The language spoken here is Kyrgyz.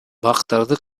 бактарды